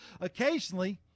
occasionally